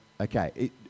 Okay